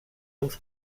uns